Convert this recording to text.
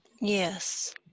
Yes